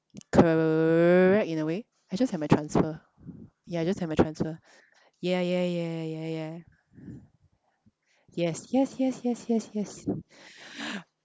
correct in a way I just had my transfer ya I just had my transfer ya ya ya ya ya yes yes yes yes yes yes